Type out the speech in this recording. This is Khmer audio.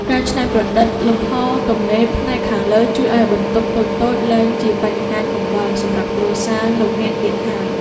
ការច្នៃប្រឌិតលំហរទំនេរផ្នែកខាងលើជួយឱ្យបន្ទប់តូចៗលែងជាបញ្ហាកង្វល់សម្រាប់គ្រួសារលោកអ្នកទៀតហើយ។